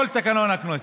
את כל תקנון הכנסת.